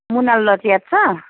मुनाल lodge याद छ